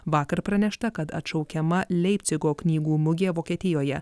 vakar pranešta kad atšaukiama leipcigo knygų mugė vokietijoje